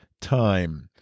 time